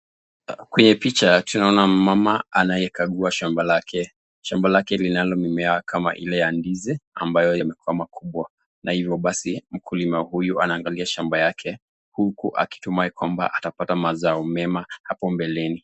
Kwenye picha tunaona mama anayekagua shamba lake. Shamba lake linalo mimea kama ile ya ndizi ambayo limekuwa makubwa na hivyo basi mkulima huyu anaangalia shamba yake huku akitumai kwamba atapata mazao mema hapo mbeleni.